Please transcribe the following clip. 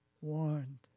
warned